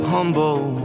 Humble